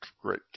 great